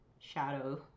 shadow